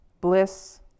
bliss